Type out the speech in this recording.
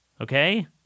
okay